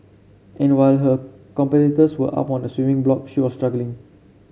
and while her competitors were up on the swimming block she was struggling